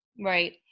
Right